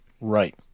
Right